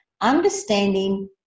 understanding